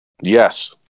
Yes